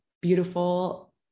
beautiful